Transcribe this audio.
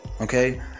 okay